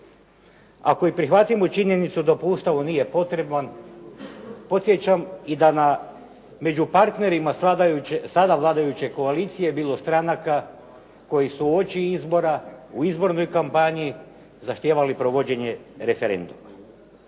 Ako i prihvatimo činjenicu da po Ustavu nije potreban, podsjećam i da među partnerima sada vladajuće koalicije bilo stranaka koje su uoči izbora u izbornoj kampanji zahtijevali provođenje referenduma.